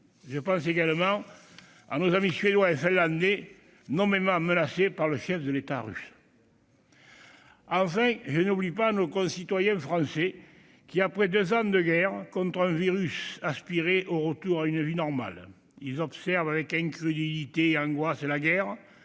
Je pense également à nos amis suédois et finlandais, nommément menacés par le chef de l'État russe. Enfin, je n'oublie pas nos concitoyens français, qui, après deux ans de guerre contre un virus, aspiraient au retour à une vie normale. Ils observent avec incrédulité et angoisse la guerre